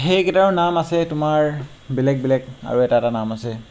সেই কেইটাৰো নাম আছে তোমাৰ বেলেগ বেলেগ আৰু এটা এটা নাম আছে